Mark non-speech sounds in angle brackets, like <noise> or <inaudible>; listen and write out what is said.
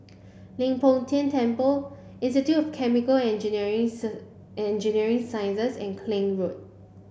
Leng Poh Tian Temple Institute of Chemical and Engineering <unintelligible> Engineering Sciences and Klang Road